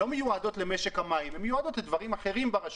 הן מיועדות לדברים אחרים ברשות.